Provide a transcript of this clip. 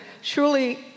surely